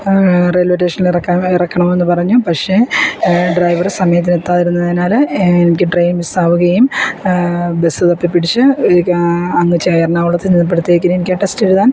railway സ്റ്റേഷനിൽ ഇറക്കാൻ ഇറക്കണം എന്നുപറഞ്ഞു പക്ഷേ ഡ്രൈവർ സമയത്ത് എത്താതിരുന്നതിനാൽ എനിക്ക് ട്രെയിൻ മിസ്സ് ആവുകയും ബസ് തപ്പിപ്പിടിച്ച് എനിക്ക് അന്ന് എറണാകുളത്ത് ചെന്നപ്പോഴത്തേക്കിനും എനിക്ക് ആ ടെസ്റ്റ് എഴുതാൻ